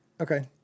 Okay